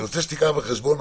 אני רוצה שתיקח בחשבון,